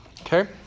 Okay